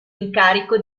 incarico